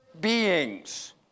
beings